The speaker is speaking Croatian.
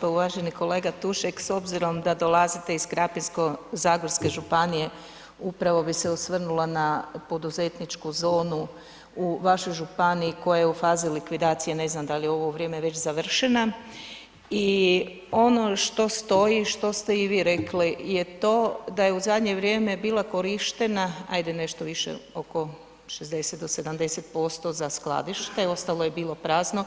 Pa uvaženi kolega Tušek, s obzirom da dolazite iz Krapinsko-zagorske županije, upravo bi se osvrnula na poduzetničku zonu u vašoj županiji koja je u fazi likvidacije, ne znam da li je u ovo vrijeme već završena i ono što stoji, što ste i vi rekli je to da je u zadnje vrijeme bila korištena ajde nešto više oko 60 do 70% za skladište, ostalo je bilo prazno,